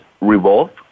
revolve